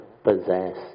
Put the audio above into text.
Possess